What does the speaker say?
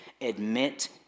Admit